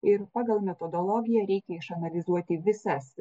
ir pagal metodologiją reikia išanalizuoti visas